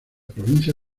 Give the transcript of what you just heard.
provincia